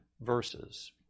verses